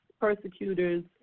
persecutors